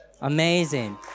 Amazing